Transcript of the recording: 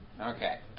Okay